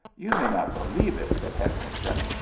you may not believe it, said hetherington,